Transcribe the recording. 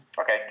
Okay